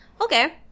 Okay